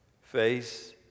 Face